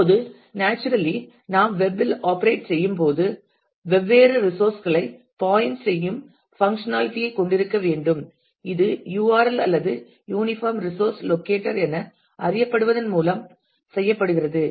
இப்போது naturally naturally நாம் web இல் operate செய்யும்போது வெவ்வேறு ரிசோஸ் களை பாயின்ட் செய்யும் பங்க்ஷனாலிட்டி ஐ கொண்டிருக்க வேண்டும் இது URL அல்லது யூனிபார்ம் ரிசோஸ் லோக்கேட்டர் என அறியப்படுவதன் மூலம் செய்யப்படுகிறது